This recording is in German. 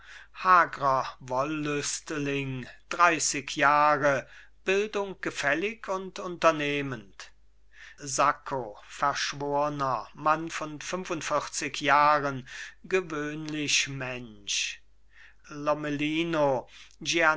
dreißig jahre bildung gefällig und unternehmend sacco verschworner mann von fünfundvierzig jahren gewöhnlicher mensch